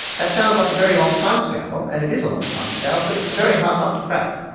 that sounds like a very long time scale and it is a long time scale, but it's a very hard nut to crack.